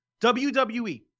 WWE